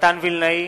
מתן וילנאי,